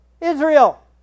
Israel